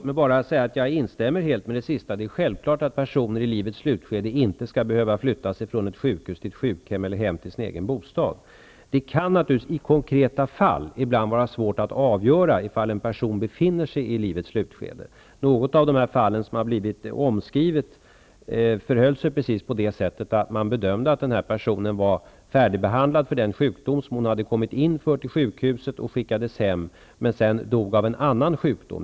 Fru talman! Jag instämmer helt i det senaste uttalandet. Det är självklart att personer i livets slutskede inte skall behöva flyttas från ett sjukhus till ett sjukhem eller hem till sin egen bostad. Det kan naturligtvis i konkreta fall ibland vara svårt att avgöra ifall en person befinner sig i livets slutskede. I något av de fall som har blivit omskrivna förhöll det sig precis på det sättet. Man bedömde att personen var färdigbehandlad för den sjukdom som hon hade kommit in till sjukhuset för och hon skickades hem. Sedan dog hon av en annan sjukdom.